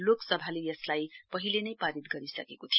लोकसभाले यसलाई पहिलेनै पारित गरिसकेको थियो